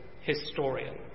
historian